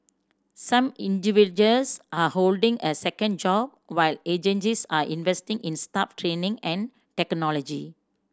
some individuals are holding a second job while agencies are investing in staff training and technology